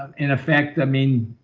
in effect. i mean,